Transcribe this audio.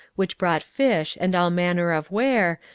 which brought fish, and all manner of ware,